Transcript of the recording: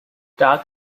dark